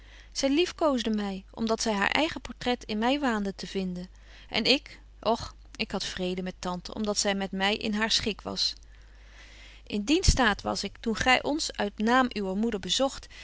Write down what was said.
zy liefkoosde my om dat zy haar eigen portret in my waande te vinden en ik och ik had vrede met tante om dat zy met my in haar schik was in dien staat was ik toen gy ons uit naam uwer moeder bezogt